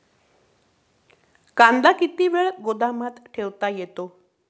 कांदा किती वेळ गोदामात ठेवता येतो?